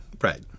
right